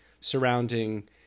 surrounding